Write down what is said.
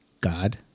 God